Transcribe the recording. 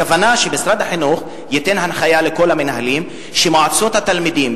הכוונה שמשרד החינוך ייתן הנחיה לכל המנהלים שמועצות התלמידים,